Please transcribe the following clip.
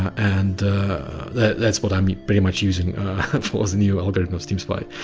and that's what i'm pretty much using for the new algorithm of steam spy.